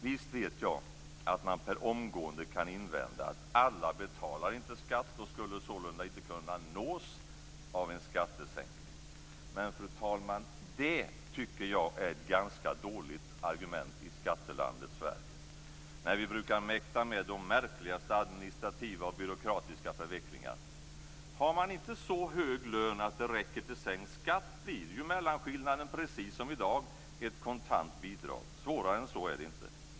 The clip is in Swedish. Visst vet jag att man per omgående kan invända att alla inte betalar skatt och sålunda inte skulle kunna nås av en skattesänkning. Men, fru talman, det tycker jag är ett ganska dåligt argument i skattelandet Sverige, där vi brukar mäkta med de märkligaste administrativa och byråkratiska förvecklingar. Har man inte så hög lön att det räcker till sänkt skatt blir ju mellanskillnaden, precis som i dag, ett kontant bidrag. Svårare än så är det inte.